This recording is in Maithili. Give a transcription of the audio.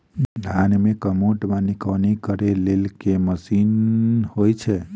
धान मे कमोट वा निकौनी करै लेल केँ मशीन होइ छै?